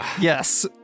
Yes